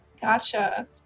Gotcha